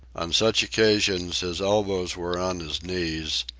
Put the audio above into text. on such occasions his elbows were on his knees,